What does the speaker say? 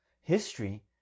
history